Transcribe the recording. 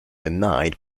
denied